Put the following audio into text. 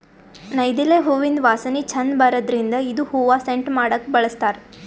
ನೈದಿಲೆ ಹೂವಿಂದ್ ವಾಸನಿ ಛಂದ್ ಬರದ್ರಿನ್ದ್ ಇದು ಹೂವಾ ಸೆಂಟ್ ಮಾಡಕ್ಕ್ ಬಳಸ್ತಾರ್